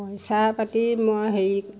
পইচা পাতি মই হেৰি